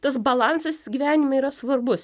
tas balansas gyvenime yra svarbus